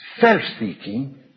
Self-seeking